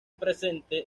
presente